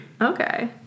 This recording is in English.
okay